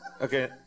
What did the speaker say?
Okay